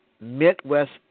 Midwest